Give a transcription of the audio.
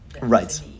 Right